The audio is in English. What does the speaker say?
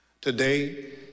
Today